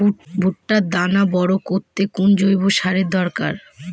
ভুট্টার দানা বড় করতে কোন জৈব সারের দরকার?